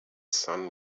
sun